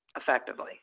effectively